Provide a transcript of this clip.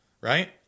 right